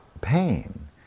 pain